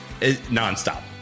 Nonstop